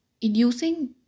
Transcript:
inducing